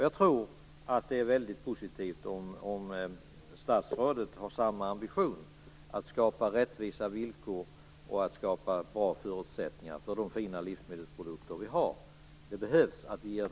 Jag tror att det är positivt om statsrådet har samma ambition, nämligen att skapa rättvisa villkor och att skapa bra förutsättningar för de fina livsmedelsprodukter som vi har.